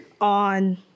On